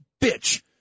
bitch